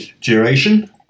Duration